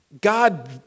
God